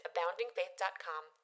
AboundingFaith.com